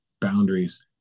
boundaries